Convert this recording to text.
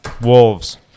wolves